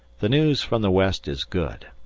the news from the west is good,